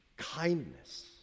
kindness